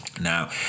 now